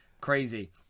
Crazy